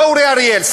לא אורי אריאל,